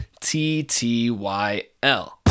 TTYL